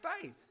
faith